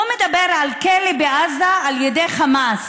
הוא מדבר על כלא בעזה על ידי חמאס.